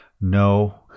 No